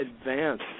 advance